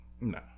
no